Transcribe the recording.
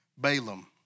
Balaam